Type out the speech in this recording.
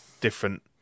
different